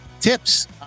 tips